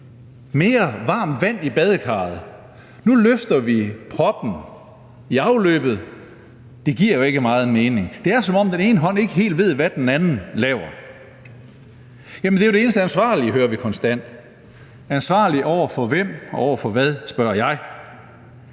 mere varmt vand i badekarret. Nu løfter vi proppen i afløbet – det giver jo ikke meget mening. Det er, som om den ene hånd ikke ved, hvad den anden laver. Jamen det er jo det eneste ansvarlige, hører vi konstant. Jeg spørger: ansvarligt over for hvem og over for hvad? Ingen